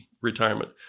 retirement